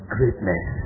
Greatness